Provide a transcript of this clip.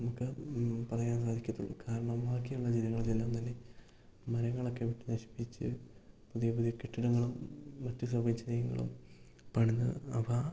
നമുക്ക് പറയാൻ സാധിക്കത്തുള്ളൂ കാരണം ബാക്കിയുള്ള ജില്ലകളിലെല്ലാം തന്നെ മരങ്ങളൊക്കെ വെട്ടി നശിപ്പിച്ച് പുതിയ പുതിയ കെട്ടിടങ്ങളും മറ്റു സമുച്ചയങ്ങളും പണിത് അവ